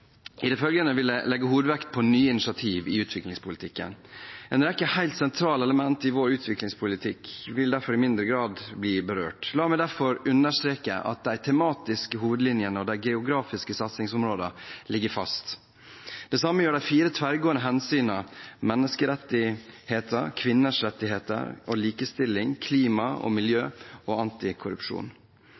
I det følgende vil jeg legge hovedvekten på nye initiativer i utviklingspolitikken. En rekke helt sentrale elementer i vår utviklingspolitikk vil derfor i mindre grad bli berørt. La meg derfor understreke at de tematiske hovedlinjene og de geografiske satsingsområdene ligger fast. Det samme gjør de fire tverrgående hensynene – menneskerettigheter, kvinners rettigheter og likestilling, klima og miljø og antikorrupsjon.